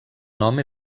nom